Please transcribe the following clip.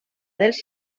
dels